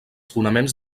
fonaments